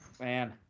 Man